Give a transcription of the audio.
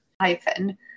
Hyphen